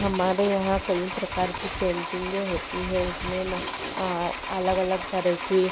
हमारे यहाँ कईं प्रकार की पेन्टिन्गें होती हैं उसमें न अलग अलग तरह की